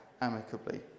amicably